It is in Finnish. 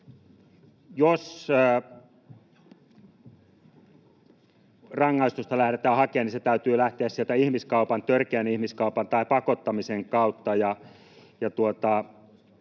Jos rangaistusta lähdetään hakemaan, niin sen täytyy lähteä sieltä ihmiskaupan, törkeän ihmiskaupan tai pakottamisen kautta.